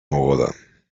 mogoda